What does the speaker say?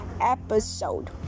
episode